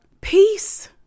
peace